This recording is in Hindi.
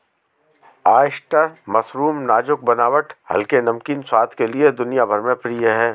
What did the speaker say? ऑयस्टर मशरूम नाजुक बनावट हल्के, नमकीन स्वाद के लिए दुनिया भर में प्रिय है